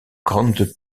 grandes